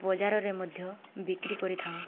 ବଜାରରେ ମଧ୍ୟ ବିକ୍ରି କରିଥାଉଁ